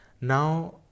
now